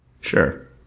Sure